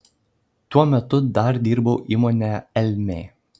tuo metu dar dirbau įmonėje elmė